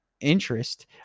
interest